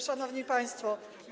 Szanowni Państwo!